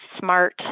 smart